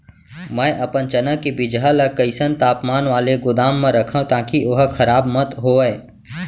मैं अपन चना के बीजहा ल कइसन तापमान वाले गोदाम म रखव ताकि ओहा खराब मत होवय?